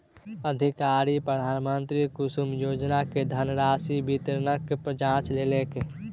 अधिकारी प्रधानमंत्री कुसुम योजना के धनराशि वितरणक जांच केलक